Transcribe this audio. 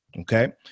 Okay